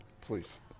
Please